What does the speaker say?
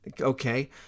okay